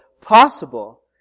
possible